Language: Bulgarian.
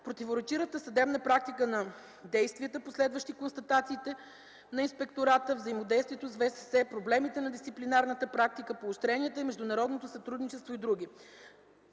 противоречивата съдебна практика, на действията, последващи констатациите на инспектората, взаимодействието с ВСС, проблемите на дисциплинарната практика, поощренията и международното сътрудничество и др.